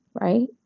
right